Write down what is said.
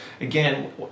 again